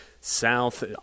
south